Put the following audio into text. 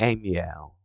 Amiel